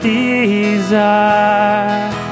desire